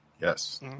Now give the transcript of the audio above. Yes